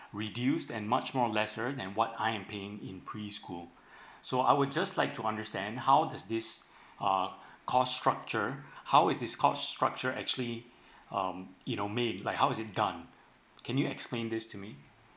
reduce and much more lesser than what I am paying in preschool so I would just like to understand how does this uh cost structure how is this cost structure actually um you know made like how is it done can you explain this to me